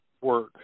work